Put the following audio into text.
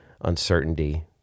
uncertainty